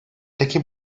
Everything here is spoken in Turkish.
peki